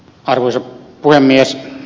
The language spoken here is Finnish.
arvoisa puhemies